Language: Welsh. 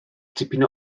tipyn